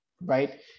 right